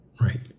Right